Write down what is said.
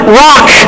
rock